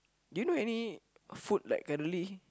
do you know any food like currently